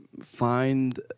find